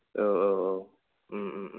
औ औ औ